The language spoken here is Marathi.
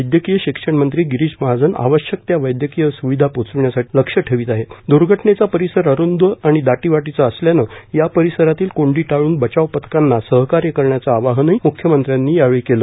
वैद्यकीय शिक्षण मंत्री गिरीश महाजन आवश्यक त्या वैदयकीय स्विधा पोहचविण्यासाठी लक्ष ठेवून असून द्र्घटनेचा परीसर अरूंद आणि दाटीवाटीचा असल्यान या परिसरातील कोंडी टाळून बचाव पथकांना सहकार्य करण्याच आवाहनही म्ख्यमंत्र्यांनी केले